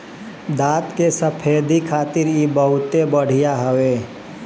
दांत के सफेदी खातिर इ बहुते बढ़िया हवे